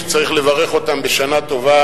וצריך לברך אותם בשנה טובה